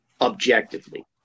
objectively